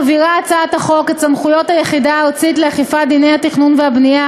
מבהירה הצעת החוק את סמכויות היחידה הארצית לאכיפת דיני התכנון והבנייה